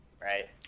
Right